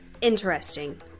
interesting